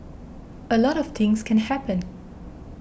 a lot of things can happen